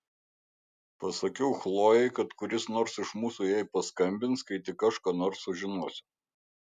pasakiau chlojei kad kuris nors iš mūsų jai paskambins kai tik aš ką nors sužinosiu